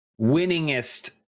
winningest